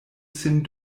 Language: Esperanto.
sin